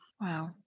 Wow